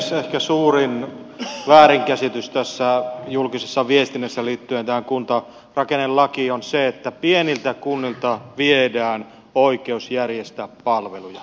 ehkä suurin väärinkäsitys tässä julkisessa viestinnässä liittyen kuntarakennelakiin on se että pieniltä kunnilta viedään oikeus järjestää palveluja